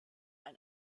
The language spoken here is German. ein